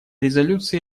резолюции